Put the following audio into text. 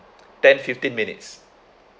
ten fifteen minutes